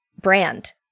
brand